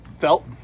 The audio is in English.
Felt